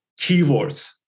keywords